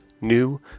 new